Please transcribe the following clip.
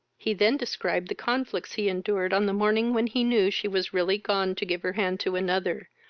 he then described the conflicts he endured on the morning when he knew she was really gone to give her hand to another,